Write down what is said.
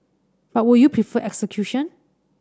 but would you prefer execution